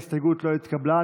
ההסתייגות לא התקבלה.